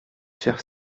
faire